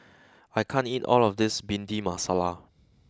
I can't eat all of this Bhindi Masala